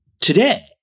today